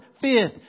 fifth